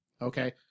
Okay